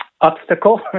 obstacle